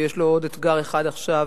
יש לו עוד אתגר אחד עכשיו,